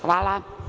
Hvala.